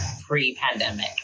pre-pandemic